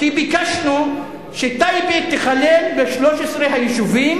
כי ביקשנו שטייבה תיכלל ב-13 היישובים